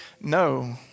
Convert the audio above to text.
no